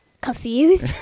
Confused